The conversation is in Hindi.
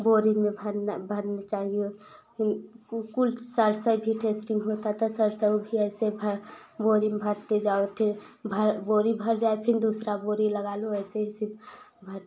बोरी में भरना भरना चाहिए कुक्कुर सर से भी टेस्टिंग होता था सर सब भी ऐसे भ बोरी में भरते जाओ उठे भर बोरी भर जाए फिन दूसरा बोरी लगा लो ऐसे ऐसे भर